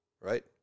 right